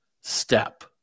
step